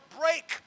break